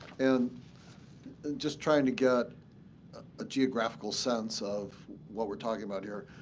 and just trying to get a geographical sense of what we're talking about here,